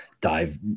dive